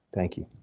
thank you.